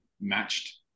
matched